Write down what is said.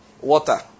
water